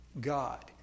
God